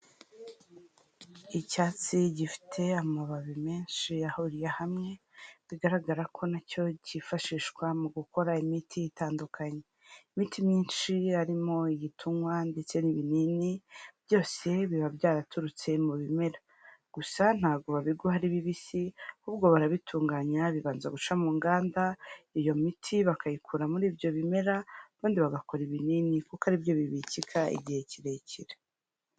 Icyatsi gifite amababi menshi ahuriye hamwe, bigaragara ko na cyo cyifashishwa mu gukora imiti itandukanye. Imiti myinshi harimo iyi tunywa ndetse n'ibinini byose biba byaraturutse mu bimera. Gusa ntabwo babiguha ari bibisi, ahubwo barabitunganya, bibanza guca mu nganda, iyo miti bakayikura muri ibyo bimera, ubundi bagakora ibinini kuko ari byo bibikika igihe kirekire.